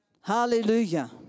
Hallelujah